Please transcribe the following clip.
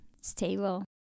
stable